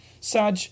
Saj